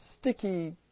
sticky